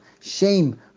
Shame